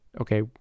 okay